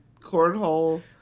cornhole